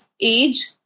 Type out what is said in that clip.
age